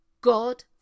God